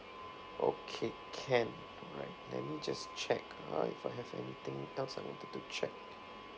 okay can right let me just check all right if I have anything else I wanted to check